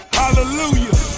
hallelujah